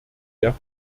der